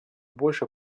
больше